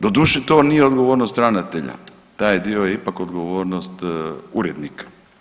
Doduše to nije odgovornost ravnatelja, taj dio je ipak odgovornost urednika.